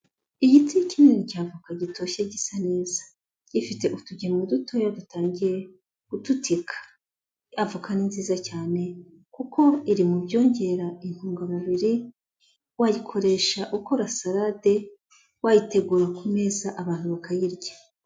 Igiti kinini cya avoka gitoshye gisa neza, gifite utugingo dutoya dutangiye gututika, avoka ni nziza cyane kuko iri mu byongera intungamubiri, wayikoresha ukora salade, wayitegura ku meza abantu bakayirya.